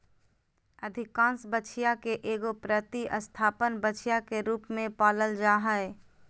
अधिकांश बछिया के एगो प्रतिस्थापन बछिया के रूप में पालल जा हइ